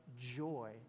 joy